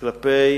למשל כלפי